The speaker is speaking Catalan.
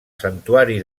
santuari